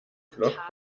flockt